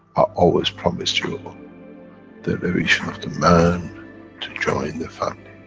always promised you the elevation of the man to join the family,